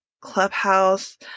Clubhouse